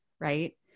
right